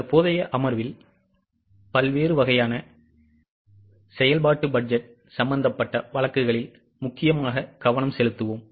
தற்போதைய அமர்வில் பல்வேறு வகையான செயல்பாட்டு பட்ஜெட் சம்பந்தப்பட்ட வழக்குகளில் முக்கியமாக கவனம் செலுத்துவோம்